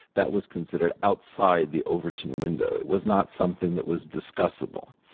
that was considered outside the overton window. it was not something that was discussable.